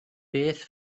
beth